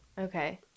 Okay